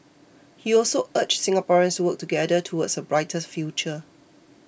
he also urged Singaporeans to work together towards a brighter future